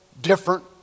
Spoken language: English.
different